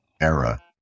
era